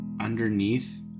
underneath